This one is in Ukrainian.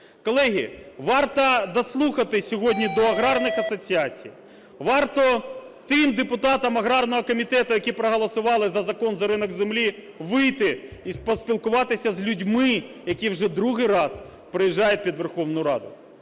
Колеги, варто дослухатись сьогодні до аграрних асоціацій, варто тим депутатам аграрного комітету, які проголосували за закон про ринок землі, вийти і поспілкуватися з людьми, які вже другий раз приїжджають під Верховну Раду.